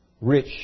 rich